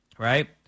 Right